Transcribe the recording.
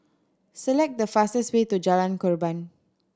select the fastest way to Jalan Korban